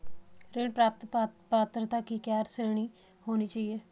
ऋण प्राप्त पात्रता की क्या श्रेणी होनी चाहिए?